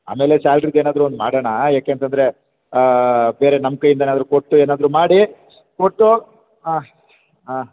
ಆಮೇಲೆ ಸ್ಯಾಲ್ರಿದು ಏನಾದರೂ ಒಂದು ಮಾಡೋಣ ಯಾಕೆ ಅಂತ ಅಂದರೆ ಬೇರೆ ನಮ್ಮ ಕೈಯಿಂದ ಏನಾದರೂ ಕೊಟ್ಟು ಏನಾದರೂ ಮಾಡಿ ಕೊಟ್ಟು ಹಾಂ ಆಂ